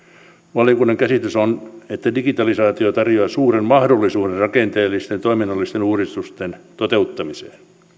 valiokunnan käsitys on että digitalisaatio tarjoaa suuren mahdollisuuden rakenteellisten ja toiminnallisten uudistusten toteuttamiseen